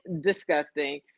disgusting